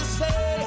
say